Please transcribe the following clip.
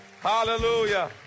hallelujah